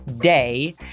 day